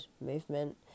movement